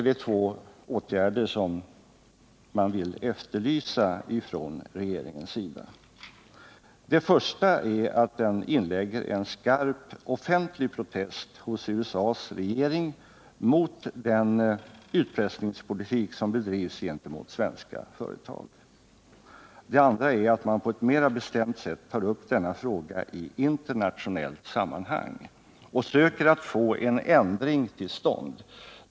Det är två åtgärder som jag vill efterlysa från regeringens sida. Den första är att den inlägger en skarp offentlig protest hos USA:s regering mot den utpressningspolitik som bedrivs gentemot svenska företag. Det andra är att man på ett mera bestämt sätt tar upp denna fråga i internationellt sammanhang och söker få en ändring till stånd.